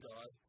God